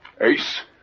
Ace